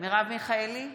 מרב מיכאלי,